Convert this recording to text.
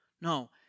No